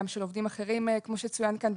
גם של עובדים אחרים כמו שצוין כאן,